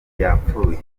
yapfuye